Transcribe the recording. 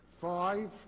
five